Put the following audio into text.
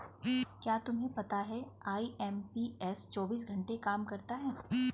क्या तुम्हें पता है आई.एम.पी.एस चौबीस घंटे काम करता है